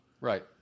right